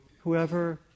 whoever